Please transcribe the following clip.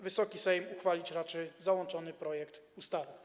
Wysoki Sejm uchwalić raczy załączony projekt ustawy.